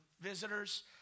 visitors